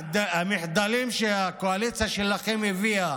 המחדלים שהקואליציה שלכם הביאה